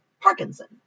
Parkinson